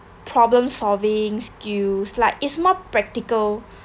problem solving skills like is more practical